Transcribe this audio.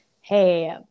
hey